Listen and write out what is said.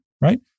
right